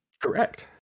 Correct